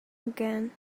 again